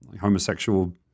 homosexual